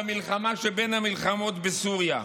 במלחמה שבין המלחמות, בסוריה.